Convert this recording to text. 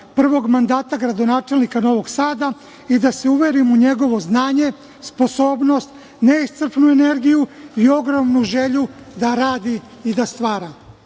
prvog mandata gradonačelnika Novog Sada i da se uverim u njegovo znanje, sposobnost, neiscrpnu energiju i ogromnu želju da radi i da stvara.